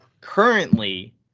Currently